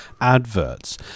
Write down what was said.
adverts